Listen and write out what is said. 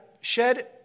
shed